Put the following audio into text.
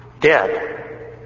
dead